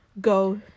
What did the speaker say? Go